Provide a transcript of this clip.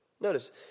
Notice